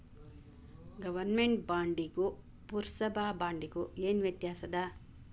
government ಬಾಂಡಿಗೂ ಪುರ್ಸಭಾ ಬಾಂಡಿಗು ಏನ್ ವ್ಯತ್ಯಾಸದ